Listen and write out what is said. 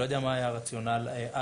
אני לא יודע מה הרציונל אז,